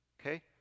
Okay